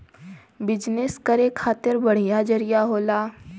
business करे खातिर बढ़िया जरिया होला